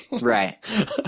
Right